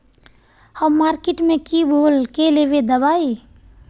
हम मार्किट में की बोल के लेबे दवाई?